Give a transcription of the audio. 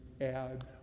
add